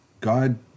God